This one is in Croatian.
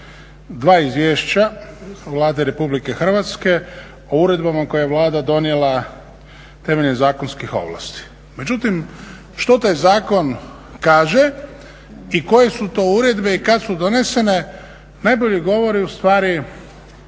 dva izvješća Vlade Republike Hrvatske o uredbama koje je Vlada donijela temeljem zakonskih ovlasti. Međutim, što taj zakon kaže i koje su to uredbe i kad su donesene najbolje govori ustvari